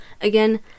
Again